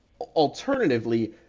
Alternatively